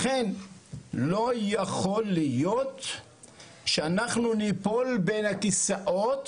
לכן לא יכול להיות שאנחנו ניפול בין הכיסאות